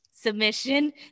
submission